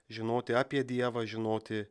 žinoti apie dievą žinoti